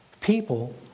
People